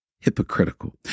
hypocritical